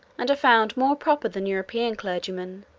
and are found more proper than european clergymen,